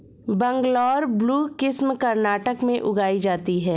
Bangalore blue किस्म कर्नाटक में उगाई जाती है